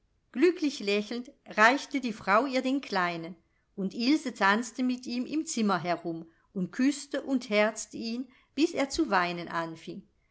glücklich lächelnd reichte die frau ihr den kleinen und ilse tanzte mit ihm im zimmer herum und küßte und herzte ihn bis er zu weinen anfing